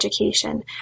education